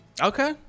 Okay